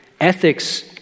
Ethics